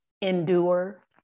endure